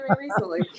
recently